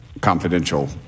confidential